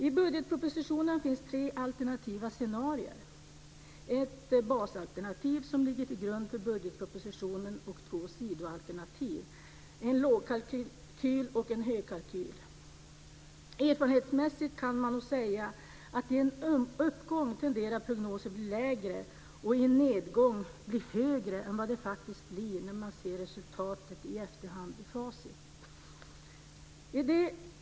I budgetpropositionen finns det tre alternativa scenarier: ett basalternativ som ligger till grund för budgetpropositionen och två sidoalternativ - en lågkalkyl och en högkalkyl. Erfarenhetsmässigt kan man säga att i en uppgång tenderar prognoser att bli lägre och i en nedgång blir de högre än vad resultatet i efterhand blir när man ser facit.